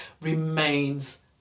remains